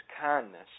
kindness